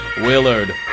Willard